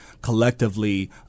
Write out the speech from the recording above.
collectively